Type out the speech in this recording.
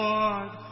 Lord